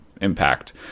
impact